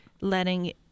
letting